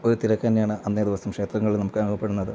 ഒരു തിരക്കു തന്നെയാണ് അന്നേ ദിവസം ക്ഷേത്രങ്ങളിൽ നമുക്ക് അനുഭവപ്പെടുന്നത്